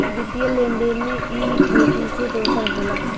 वित्तीय लेन देन मे ई इक्वीटी से दोसर होला